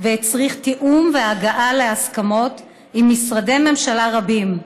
והצריך תיאום והגעה להסכמות עם משרדי ממשלה רבים,